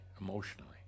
emotionally